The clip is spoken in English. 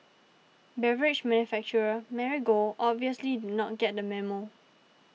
beverage manufacturer Marigold obviously did not get the memo